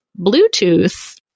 Bluetooth